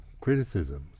criticisms